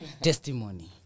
testimony